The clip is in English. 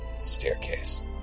staircase